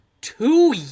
Two